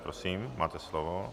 Prosím máte slovo.